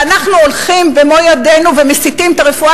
ואנחנו הולכים במו ידינו ומסיטים את הרפואה